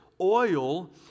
Oil